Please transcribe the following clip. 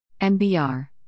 MBR